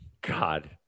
God